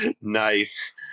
Nice